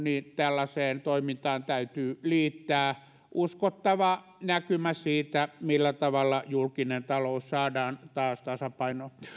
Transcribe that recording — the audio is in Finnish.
tällaiseen toimintaan täytyy liittää uskottava näkymä siitä millä tavalla julkinen talous saadaan taas tasapainoon